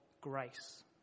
grace